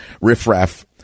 riffraff